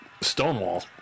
Stonewall